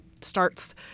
starts